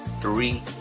three